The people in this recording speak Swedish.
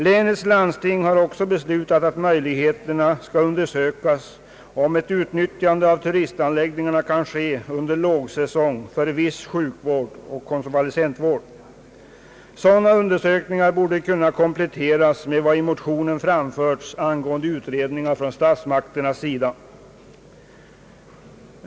Länets landsting har också beslutat att undersöka om turistanläggningarna kan utnyttjas under lågsäsong för viss sjukvård och konvalescentvård. Sådana undersökningar borde kunna kompletteras med vad i motionen framförts angående utredningar från statsmakternas sida.